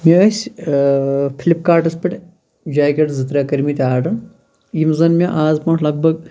مےٚ ٲسۍ فِلپ کاٹَس پٮ۪ھ جاکیٚٹ زٕ ترٛےٚ کٔرمٕٹۍ آرڈَر یِم زَن مےٚ آز برونٛٹھ لَگ بَگ